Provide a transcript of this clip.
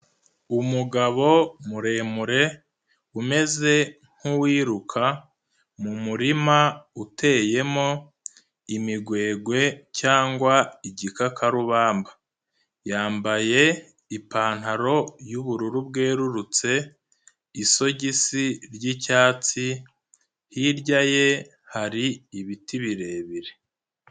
Umugabo muremure, umeze nk'uwiruka mu murima uteyemo imigwegwe cyangwa igikakarubamba. Yambaye ipantaro y'ubururu bwerurutse, isogisi ry'icyatsi, hirya ye hari ibiti birebire.